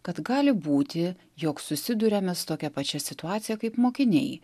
kad gali būti jog susiduriame su tokia pačia situacija kaip mokiniai